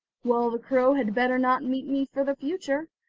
well, the crow had better not meet me for the future,